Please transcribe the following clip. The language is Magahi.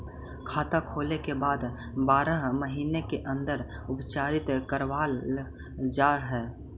खाता खोले के बाद बारह महिने के अंदर उपचारित करवावल जा है?